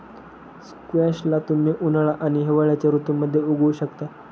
squash ला तुम्ही उन्हाळा आणि हिवाळ्याच्या ऋतूमध्ये उगवु शकता